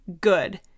good